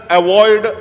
avoid